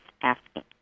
asking